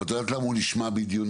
את יודעת למה הוא נשמע בדיוני?